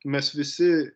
mes visi